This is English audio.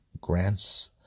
grants